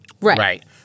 right